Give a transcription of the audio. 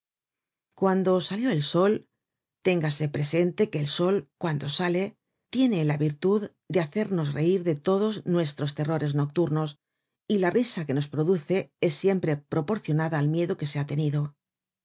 cuando salió el solténgase presente que el sol cuando sale tiene la virtud de hacernos reir de todos nuestros terrores nocturnos y la risa que nos produce es siempre proporcionada al miedo que se ha tenido